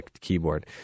keyboard